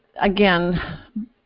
Again